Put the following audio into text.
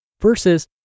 versus